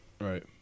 Right